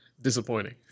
Disappointing